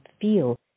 feel